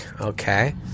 okay